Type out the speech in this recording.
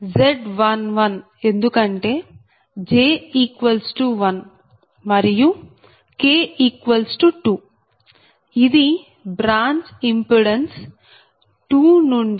Z11 ఎందుకంటే j1 మరియు k2 ఇది బ్రాంచ్ ఇంపిడెన్స్ 2 నుండి 1 0